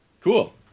Cool